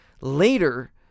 Later